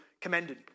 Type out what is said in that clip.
commended